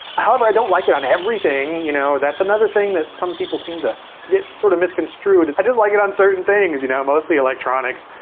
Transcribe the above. however, i don't like it on everything. you know, that's another thing that some people seem to get sort of misconstrued. i just like it on certain things. you know mostly electronics,